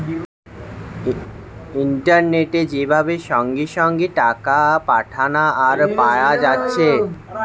ইন্টারনেটে যে ভাবে সঙ্গে সঙ্গে টাকা পাঠানা আর পায়া যাচ্ছে